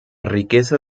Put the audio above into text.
riqueza